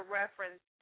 reference